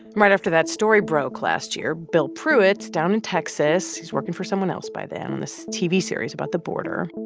right after that story broke last year, bill pruitt's down in texas. he's working for someone else by then, and these tv series about the border.